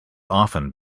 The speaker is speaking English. often